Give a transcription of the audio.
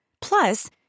Plus